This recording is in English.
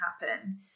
happen